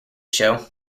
show